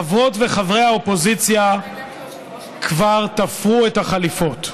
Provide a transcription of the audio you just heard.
חברות וחברי האופוזיציה כבר תפרו את החליפות.